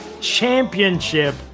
Championship